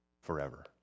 forever